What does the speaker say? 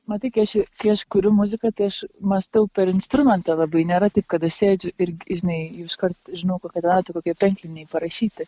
matai kai aš kai aš kuriu muziką tai aš mąstau per instrumentą labai nėra taip kad sėdžiu ir žinai jau iškart žinau kokią tą natą kokioj penklinėj parašyti